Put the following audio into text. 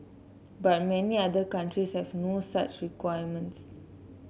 but many other countries have no such requirements